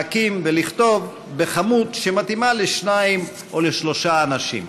להקים ולכתוב בכמות שמתאימה לשניים או לשלושה אנשים.